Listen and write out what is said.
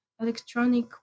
electronic